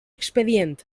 expedient